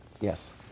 Yes